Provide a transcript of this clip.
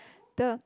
the